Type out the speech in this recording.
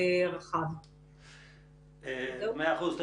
מאה אחוז.